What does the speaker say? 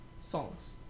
songs